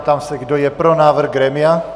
Ptám se, kdo je pro návrh grémia.